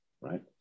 right